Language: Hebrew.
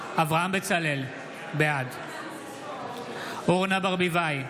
אברהם בצלאל, בעד אורנה ברביבאי,